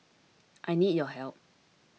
I need your help